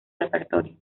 repertorio